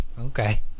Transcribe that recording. okay